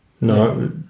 No